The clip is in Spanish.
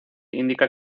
indica